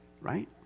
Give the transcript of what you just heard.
Right